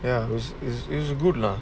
ya it's it's good lah